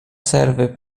serve